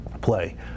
play